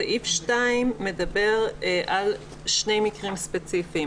סעיף קטן (2) מדבר על שני מקרים ספציפיים,